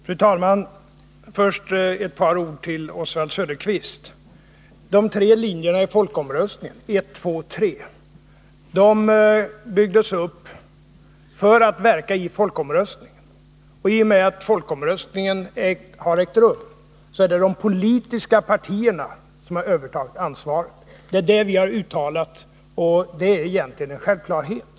Fru talman! Först ett par ord till Oswald Söderqvist. De tre linjerna i folkomröstningen —1, 2 och 3 — byggdes upp för att verka i folkomröstningen. I och med att folkomröstningen har ägt rum är det de politiska partierna som har övertagit ansvaret. Det är det vi har uttalat, och det är egentligen en självklarhet.